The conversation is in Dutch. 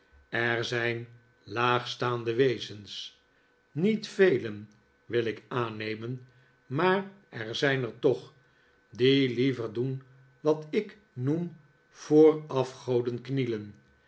er zijn laagstaande wezens niet velen wil ik aannemen maar er zijn er toch die liever doen wat i k noem voor afgoden knielen